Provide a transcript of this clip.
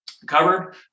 Covered